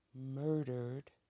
murdered